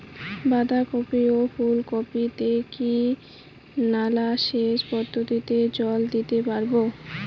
বাধা কপি ও ফুল কপি তে কি নালা সেচ পদ্ধতিতে জল দিতে পারবো?